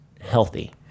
healthy